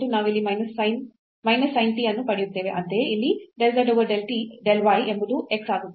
ನಾವು ಇಲ್ಲಿ minus sin t ಅನ್ನು ಪಡೆಯುತ್ತೇವೆ